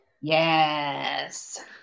Yes